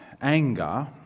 anger